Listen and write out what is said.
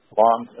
long